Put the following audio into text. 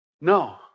No